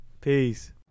Peace